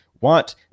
want